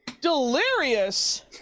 Delirious